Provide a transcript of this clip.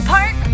Park